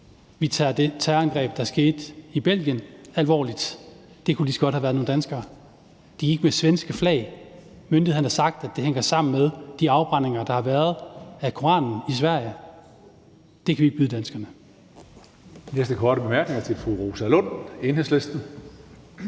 vi tager det terrorangreb, der skete i Belgien, alvorligt. Det kunne lige så godt have været nogle danskere. For de gik med svenske flag, og myndighederne har sagt, at det hænger sammen med de afbrændinger, der har været af Koranen i Sverige. Det kan vi ikke byde danskerne.